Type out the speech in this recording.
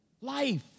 life